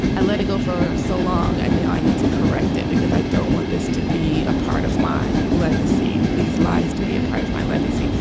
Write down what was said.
i let her go for so long and now i need to correct it because i don't want this to be a part of my legacy. these lies to be a part of my legacy.